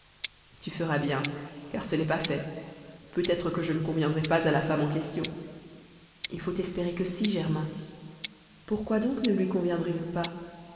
tu feras bien car ce n'est pas fait peut-être que je ne conviendrai pas à la femme en question il faut espérer que si germain pourquoi donc ne lui conviendrez vous pas